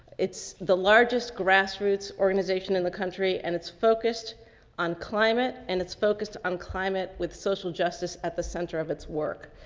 it's the largest grassroots organization in the country and it's focused on climate and it's focused on climate with social justice at the center of its work.